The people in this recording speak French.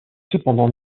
cependant